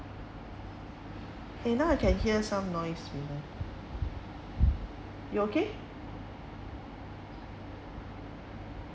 eh now I can hear some noise behind you okay